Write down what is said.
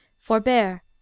Forbear